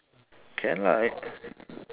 can lah I